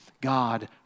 God